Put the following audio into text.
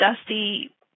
dusty